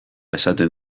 esaten